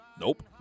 Nope